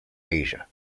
asia